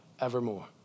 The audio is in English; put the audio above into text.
evermore